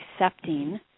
accepting